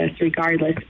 regardless